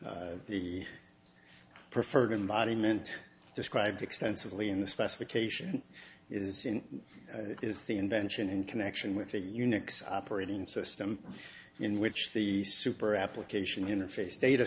structure the preferred embodiment described extensively in the specification is in is the invention in connection with a unix operating system in which the super application interface data